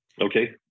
Okay